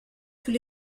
tous